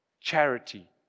Charity